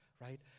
right